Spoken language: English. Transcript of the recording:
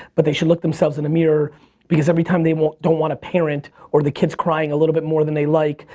but they should look themselves in the mirror because every time they don't wanna parent, or the kid's crying a little bit more than they like,